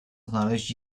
znaleźć